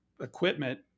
equipment